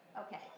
Okay